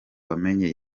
wamenye